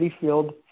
Field